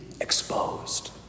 exposed